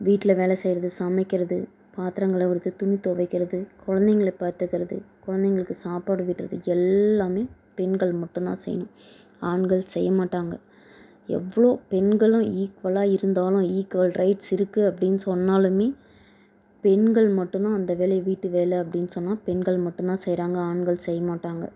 வீட்டில் வேலை செய்கிறது சமைக்கிறது பாத்திரங்கழுவுறது துணி துவைக்கிறது குழந்தைங்கள பார்த்துக்கறது குழந்தைங்களுக்கு சாப்பாடு ஊட்டுறது எல்லாமே பெண்கள் மட்டுந்தான் செய்யணும் ஆண்கள் செய்ய மாட்டாங்க எவ்வளோ பெண்களும் ஈக்குவலாக இருந்தாலும் ஈக்குவல் ரைட்ஸ் இருக்குது அப்படின்னு சொன்னாலுமே பெண்கள் மட்டுந்தான் அந்த வேலையை வீட்டு வேலை அப்படின்னு சொன்னால் பெண்கள் மட்டுந்தான் செய்கிறாங்க ஆண்கள் செய்ய மாட்டாங்க